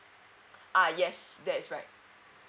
uh yes that is right